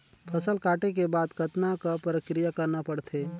फसल काटे के बाद कतना क प्रक्रिया करना पड़थे?